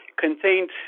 contained